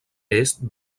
est